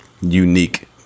unique